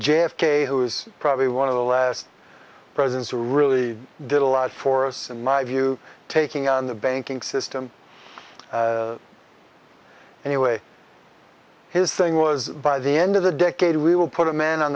k who is probably one of the last presidents to really did a lot for us in my view taking on the banking system anyway his thing was by the end of the decade we will put a man on